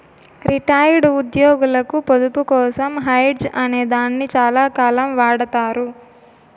retired ఉద్యోగులకు పొదుపు కోసం హెడ్జ్ అనే దాన్ని చాలాకాలం వాడతారు